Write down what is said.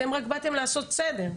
אתם רק באתם לעשות סדר.